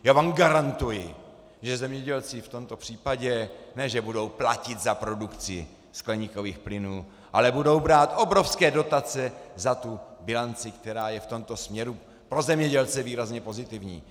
Já vám garantuji, že zemědělci v tomto případě ne že budou platit za produkci skleníkových plynů, ale budou brát obrovské dotace za tu bilanci, která je v tomto směru pro zemědělce výrazně pozitivní.